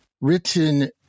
written